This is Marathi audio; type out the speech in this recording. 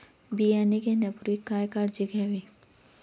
बियाणे घेण्यापूर्वी काय काळजी घ्यावी?